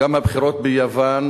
הבחירות ביוון